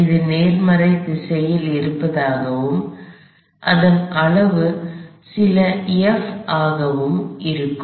அது நேர்மறை திசையில் இருப்பதாகவும் அதன் அளவு சில F ஆகவும் இருக்கும்